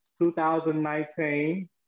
2019